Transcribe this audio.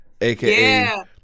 aka